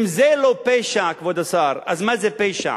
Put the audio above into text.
אם זה לא פשע, כבוד השר, אז מה זה פשע?